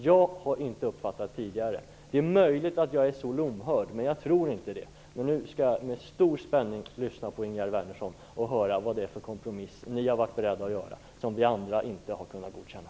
Jag har inte uppfattat det tidigare. Det är möjligt att jag är så lomhörd, men jag tror inte det. Nu skall jag med stor spänning lyssna till Ingegärd Wärnersson och höra vad det är för kompromiss som ni har varit beredda att göra som vi andra inte har kunnat godkänna.